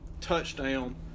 Touchdown